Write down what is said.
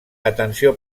atenció